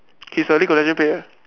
he's a league of legend player